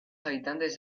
habitantes